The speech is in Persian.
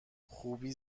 خوبی